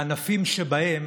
בענפים שבהם